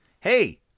hey